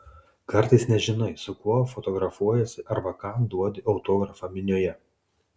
kartais nežinai su kuo fotografuojiesi arba kam duodi autografą minioje